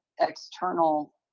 external